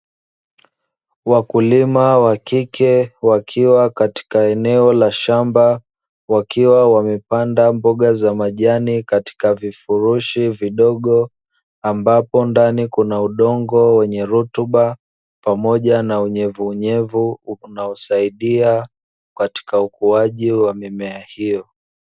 Wakulima wa kike wakiwa katika eneo la shamba wakiwa wamepanda mboga za majani katika vifurushi vidogo, ambapo ndani kuna udongo wenye rutuba pamoja na unyevunyevu unaosaidia katika ukuaji wa mimea hiyo.